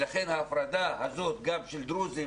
ולכן ההפרדה הזאת של דרוזים,